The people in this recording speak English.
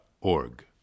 org